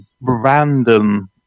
random